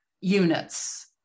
units